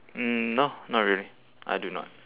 mm no not really I do not